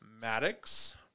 Maddox